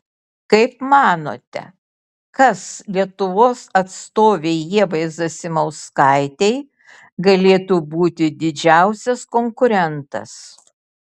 kaip manote kas lietuvos atstovei ievai zasimauskaitei galėtų būti didžiausias konkurentas